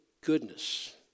goodness